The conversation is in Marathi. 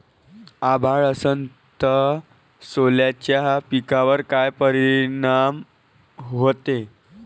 अभाळ असन तं सोल्याच्या पिकावर काय परिनाम व्हते?